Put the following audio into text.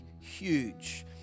huge